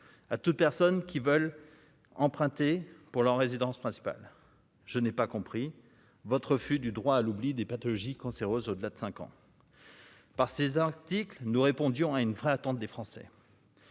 à toute personne qui veulent emprunter pour leur résidence principale, je n'ai pas compris votre refus du droit à l'oubli des pathologies cancéreuses au-delà de 5 ans. Par ces articles nous répondions à une vraie attente des Français.